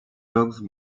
dogs